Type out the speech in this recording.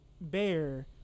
bear